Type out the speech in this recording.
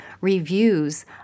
reviews